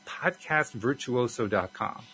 podcastvirtuoso.com